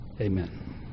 Amen